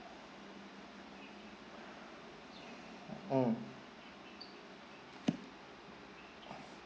mm